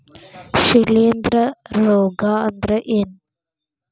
ಶಿಲೇಂಧ್ರ ರೋಗಾ ಅಂದ್ರ ಏನ್?